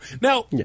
Now